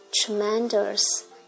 tremendous